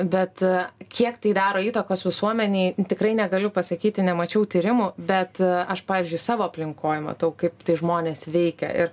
bet kiek tai daro įtakos visuomenei tikrai negaliu pasakyti nemačiau tyrimų bet aš pavyzdžiui savo aplinkoj matau kaip tai žmonės veikia ir